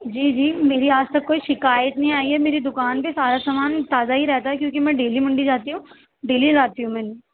جی جی میری آج تک کوئی شکایت نہیں آئی ہے میری دکان پہ سارا سامان تازہ ہی رہتا ہے کیونکہ میں ڈیلی منڈی جاتی ہوں ڈیلی لاتی ہوں میں